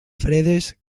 fredes